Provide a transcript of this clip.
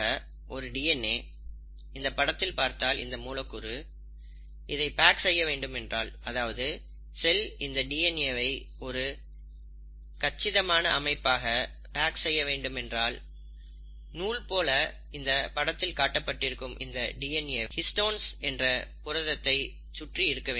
ஆக ஒரு டிஎன்எ இந்த படத்தில் பார்த்தால் இந்த மூலக்கூறு இதை பேக் செய்ய வேண்டுமென்றால் அதாவது செல் இந்த டிஎன்ஏ வை ஒரு கச்சிதமான அமைப்பாக பேக் செய்ய வேண்டுமென்றால் நூல் போல இந்த படத்தில் காட்டப்பட்டிருக்கும் இந்த டிஎன்ஏ ஹிஸ்டோன்ஸ் என்ற புரதத்தைச் சுற்றி இருக்கும்